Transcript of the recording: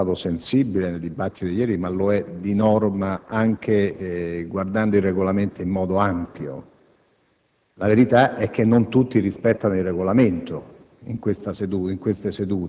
non solo è stato sensibile nel dibattito di ieri, ma lo è di norma, anche guardando al Regolamento in modo ampio. La verità è che non tutti rispettano il Regolamento,